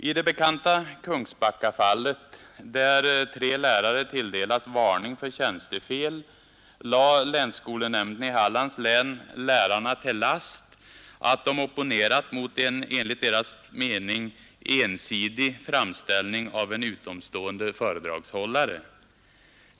I det bekanta Kungsbackafallet, där tre lärare tilldelats varning för tjänstefel, lade länsskolnämnden i Hallands län lärarna till last att de opponerat mot en enligt deras mening ensidig framställning av en utomstående föredragshållare.